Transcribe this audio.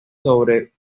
sobre